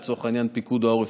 לצורך העניין פיקוד העורף,